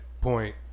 point